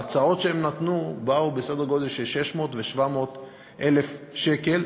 ההצעות שהם נתנו היו בסדר גודל של 600,000 ו-700,000 שקל,